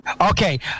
Okay